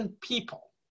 people